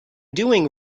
doing